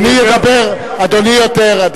אדוני יותר.